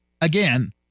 Again